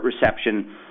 reception